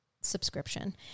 subscription